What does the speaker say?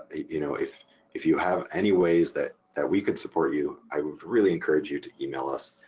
ah you know if if you have any ways that that we can support you, i would really encourage you to email us.